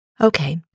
Okay